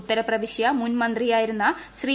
ഉത്തര പ്രവിശ്യ മുൻ മന്ത്രിയായിരുന്ന ശ്രീ